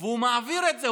והוא מעביר את זה.